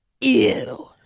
ew